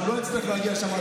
ולא נצטרך להגיע לשם.